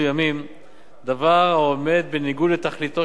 דבר שעומד בניגוד לתכליתו של חוק מס ערך מוסף.